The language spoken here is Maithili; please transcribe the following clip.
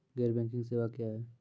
गैर बैंकिंग सेवा क्या हैं?